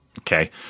Okay